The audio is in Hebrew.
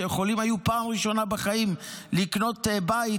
שיכולות היו בפעם ראשונה בחיים לקנות בית,